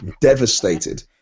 devastated